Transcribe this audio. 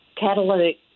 catalytic